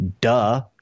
duh